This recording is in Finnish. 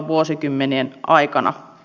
arvoisa puhemies